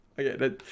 Okay